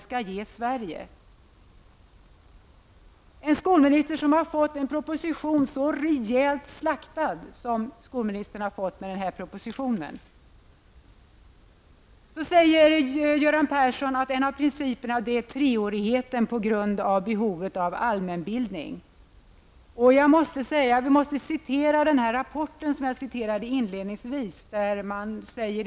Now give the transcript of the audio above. Det gör också ett statsråd som har fått en proposition rejält slaktad. Göran Persson säger att en av principerna är treårigheten på grund av behovet av allmänbildning. Jag måste citera ur den rapport som jag inledningsvis citerade ur.